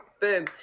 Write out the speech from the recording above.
Boom